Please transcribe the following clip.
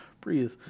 breathe